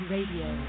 Radio